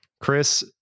Chris